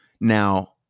Now